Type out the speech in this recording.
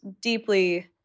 deeply